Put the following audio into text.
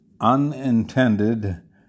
unintended